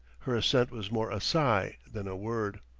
her assent was more a sigh than a word.